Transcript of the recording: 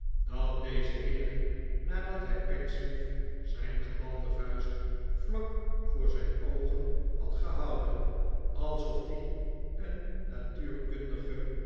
dat deze heer nadat hij pecksniff zijn gebalde vuist vlak voor zijn oogen had gehouden alsof die een natuurkundige